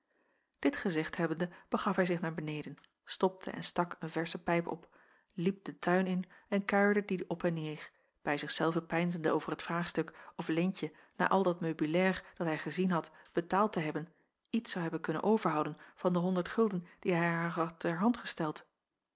dit gezegd hebbende begaf hij zich naar beneden stopte en stak een versche pijp op liep den tuin in en kuierde dien op en neder bij zich zelven peinzende over het vraagstuk of leentje na al dat meubilair dat hij gezien had betaald te hebben iets zou hebben kunnen overhouden van de honderd gulden die hij haar had ter hand gesteld